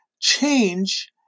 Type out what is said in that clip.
change